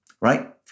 right